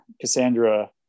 Cassandra